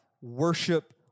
worship